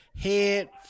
head